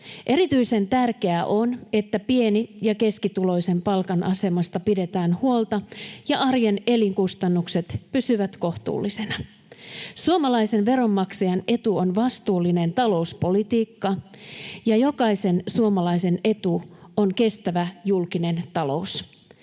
Erityisen tärkeää on, että pieni- ja keskituloisen palkan asemasta pidetään huolta ja arjen elinkustannukset pysyvät kohtuullisina. Suomalaisen veronmaksajan etu on vastuullinen talouspolitiikka, ja jokaisen suomalaisen etu on kestävä julkinen talous.